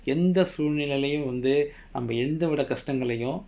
எந்த சூழ்நிலையிலும் வந்து எந்தவித கஷ்டங்களையும்:entha soozhnilaiyilum vanthu enthavitha kashtangalaiyum